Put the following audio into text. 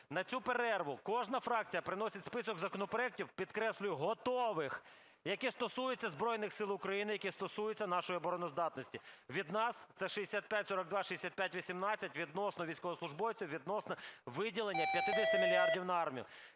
На цю перерву кожна фракція приносить список законопроектів, підкреслюю, готових, які стосуються Збройних Сил України, які стосується нашої обороноздатності. Від нас це 6542, 6518 відносно військовослужбовців, відносно виділення 50 мільярдів на армію.